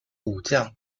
武将